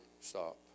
stop